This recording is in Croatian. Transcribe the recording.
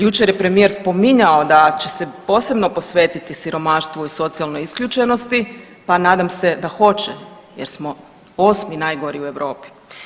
Jučer je premijer spominjao da će se posebno posvetiti siromaštvu i socijalnoj isključenosti, pa nadam se da hoće jer smo 8. najgori u Europi.